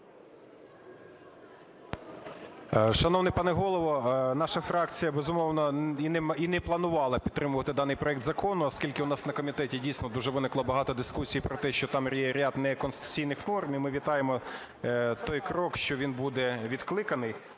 Шановний пане Голово, наша фракція, безумовно, і не планувала підтримувати даний проект закону, оскільки у нас на комітеті, дійсно, дуже виникло багато дискусій про те, що там ряд неконституційних норм, і ми вітаємо той крок, що він буде відкликаний.